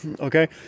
Okay